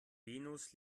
venus